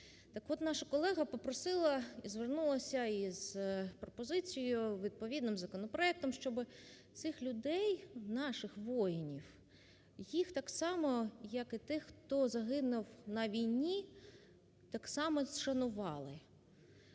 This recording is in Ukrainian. наша колега попросила і звернулась з пропозицією, відповідним законопроектом, щоб цих людей, наших воїнів, їх так само, як і тих, хто загинув на війні, так само шанували.